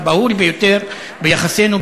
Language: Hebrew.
הבהול ביותר ביחסינו,